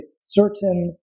certain